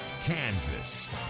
Kansas